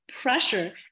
pressure